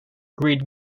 great